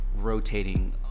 rotating